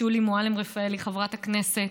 שולי מועלם-רפאלי, חברת הכנסת,